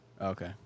Okay